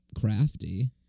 crafty